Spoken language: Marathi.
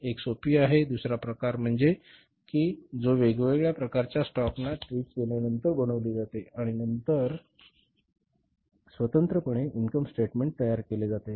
एक सोपी आहे आणि दुसरा प्रकार म्हणजे जो की वेगवेगळ्या प्रकारच्या स्टॉक ना ट्रिट केल्यानंतर बनवली जाते आणि नंतर स्वतंत्रपणे इन्कम स्टेटमेंट तयार केले जाते